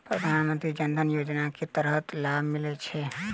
प्रधानमंत्री जनधन योजना मे केँ तरहक लाभ मिलय छै?